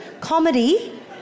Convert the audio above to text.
comedy